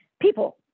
people